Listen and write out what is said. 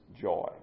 joy